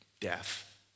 death